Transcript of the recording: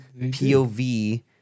POV